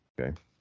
okay